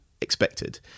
expected